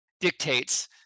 dictates